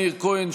מאיר כהן,